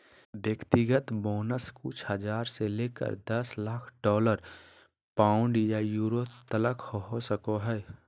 व्यक्तिगत बोनस कुछ हज़ार से लेकर दस लाख डॉलर, पाउंड या यूरो तलक हो सको हइ